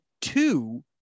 two